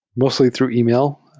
mostly through email,